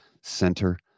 Center